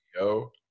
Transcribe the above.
Yo